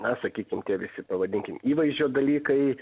na sakykim tie visi pavadinkim įvaizdžio dalykai